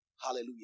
Hallelujah